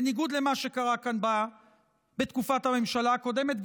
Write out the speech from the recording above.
בניגוד למה שקרה כאן בתקופת הממשלה הקודמת,